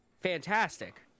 fantastic